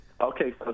Okay